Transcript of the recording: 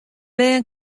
bern